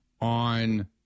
on